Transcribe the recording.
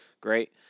Great